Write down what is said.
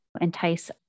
entice